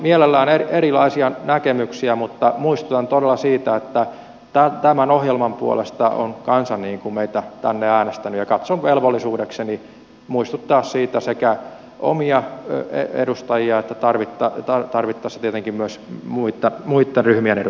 sallin mielelläni erilaisia näkemyksiä mutta muistutan todella siitä että tämän ohjelman puolesta on kansa meitä tänne äänestänyt ja katson velvollisuudekseni muistuttaa siitä sekä omia edustajia että tarvittaessa tietenkin myös muitten ryhmien edustajia